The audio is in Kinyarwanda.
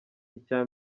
icya